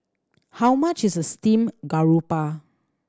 how much is steamed garoupa